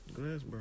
Glassboro